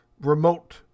remote